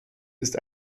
ist